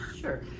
Sure